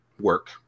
work